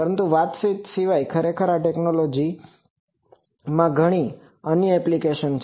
પરંતુ વાતચીત સિવાય ખરેખર આ ટેકનોલોજીમાં ઘણી અન્ય એપ્લિકેશનો છે